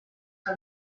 que